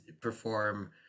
perform